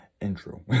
intro